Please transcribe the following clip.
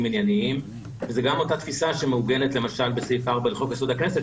ענייניים וזה גם אותה תפיסה שמעוגנת למשל בסעיף 4 לחוק-יסוד: הכנסת,